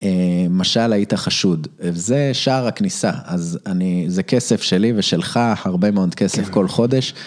משל היית חשוד, וזה שער הכניסה, אז זה כסף שלי ושלך הרבה מאוד כסף כל חודש.